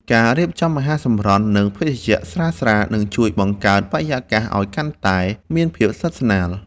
ការរៀបចំអាហារសម្រន់ និងភេសជ្ជៈស្រាលៗ នឹងជួយបង្កើតបរិយាកាសឱ្យកាន់តែមានភាពស្និទ្ធស្នាល។